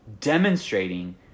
Demonstrating